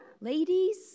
Ladies